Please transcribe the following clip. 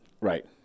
Right